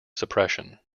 suppression